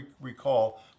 recall